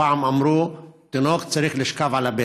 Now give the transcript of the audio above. פעם אמרו שתינוק צריך לשכב על הבטן,